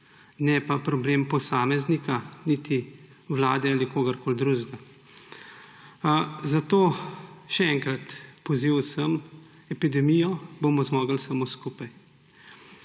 ne pa problem posameznika, niti vlade ali kogarkoli drugega. Zato še enkrat poziv vsem: epidemijo bomo zmogli samo skupaj.